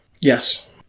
Yes